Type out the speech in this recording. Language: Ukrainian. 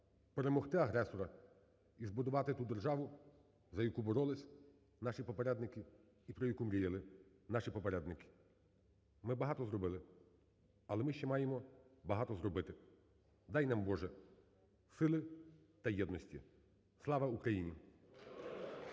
перемогти агресора і збудувати ту державу, за яку боролись наші попередники і про яку мріяли наші попередники. Ми багато зробили, але ми ще маємо багато зробити. Дай нам Боже сили та єдності. Слава Україні!